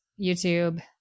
YouTube